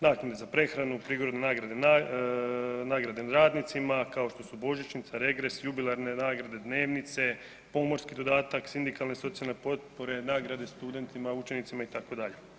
Naknade za prehranu, prigodne nagrade radnicima, kao što su božićnica, regres, jubilarne nagrade, dnevnice, pomorski dodatak, sindikalne socijalne potpore, nagrade studentima, učenicima, itd.